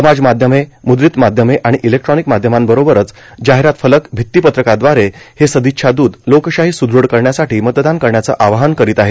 समाज माध्यमे मुद्रित माध्यमे आर्गण इलेक्ट्रॉर्गेनक माध्यमांबरोबरच जर्गाहरात फलक भित्तीपत्रकादवारे हे सादच्छादूत लोकशाहो सुदृढ करण्यासाठो मतदान करण्याचं आवाहन करीत आहेत